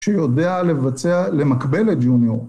שיודע לבצע, למקבל את ג'וניור.